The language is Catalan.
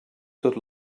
tot